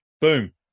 Boom